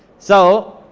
so,